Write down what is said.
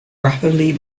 rapidly